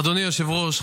אדוני היושב-ראש,